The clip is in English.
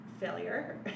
failure